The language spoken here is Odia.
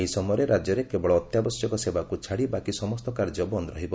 ଏହି ସମୟରେ ରାଜ୍ୟରେ କେବଳ ଅତ୍ୟାବଶ୍ୟକ ସେବାକୁ ଛାଡ଼ି ବାକି ସମସ୍ତ କାର୍ଯ୍ୟ ବନ୍ଦ ରହିବ